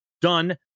done